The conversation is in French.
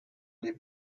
n’ai